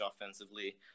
offensively